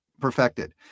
perfected